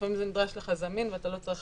שלפעמים זה נדרש לך זמין ואתה לא צריך